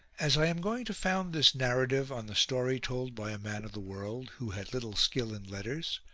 as i am going to found this narrative on the story told by a man of the world, who had little skill in letters,